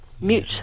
mute